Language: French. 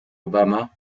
obama